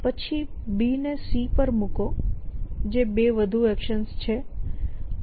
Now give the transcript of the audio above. પછી B ને C પર મૂકો જે 2 વધુ એક્શન્સ છે